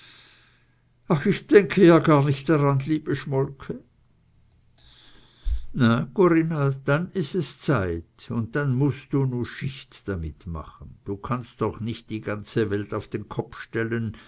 ach ich denke ja gar nicht dran liebe schmolke na corinna denn is es zeit un denn mußt du nu schicht damit machen du kannst doch nich die ganze welt auf den kopp stellen